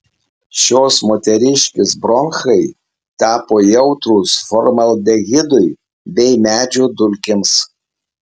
šios moteriškės bronchai tapo jautrūs formaldehidui bei medžio dulkėms